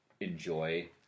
enjoy